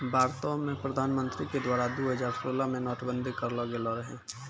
भारतो मे प्रधानमन्त्री के द्वारा दु हजार सोलह मे नोट बंदी करलो गेलो रहै